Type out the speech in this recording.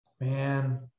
Man